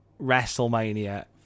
wrestlemania